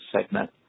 segment